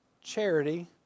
charity